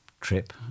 trip